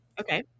Okay